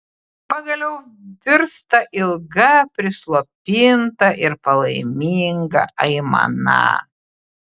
pagaliau virsta ilga prislopinta ir palaiminga aimana